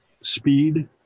speed